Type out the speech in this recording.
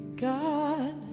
God